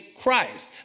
Christ